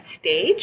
stage